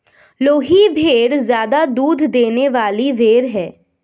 लोही भेड़ ज्यादा दूध देने वाली भेड़ है